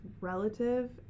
relative